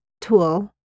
tool